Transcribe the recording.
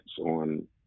on